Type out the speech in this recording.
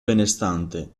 benestante